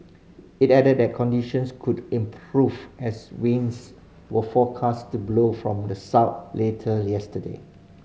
it added that conditions could improve as winds were forecast to blow from the south later yesterday